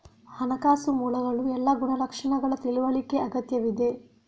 ಹಣಕಾಸು ಮೂಲಗಳ ಎಲ್ಲಾ ಗುಣಲಕ್ಷಣಗಳ ತಿಳುವಳಿಕೆ ಅಗತ್ಯವಿದೆ